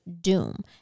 doom